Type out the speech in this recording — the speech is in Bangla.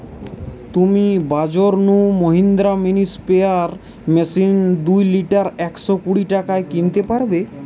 তুমি বাজর নু মহিন্দ্রা মিনি স্প্রেয়ার মেশিন দুই লিটার একশ কুড়ি টাকায় কিনতে পারবে